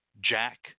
Jack